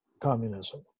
communism